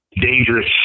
dangerous